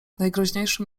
najgroźniejszym